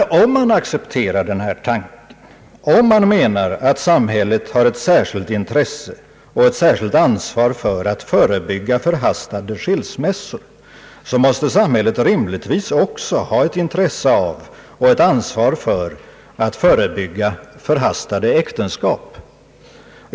Om man accepterar denna tanke, om man menar att samhället har ett särskilt intresse och ett särskilt ansvar för att förebygga förhastade skilsmässor, måste samhället också rimligtvis ha ett intresse av och ett ansvar för att förebygga förhastade äktenskap.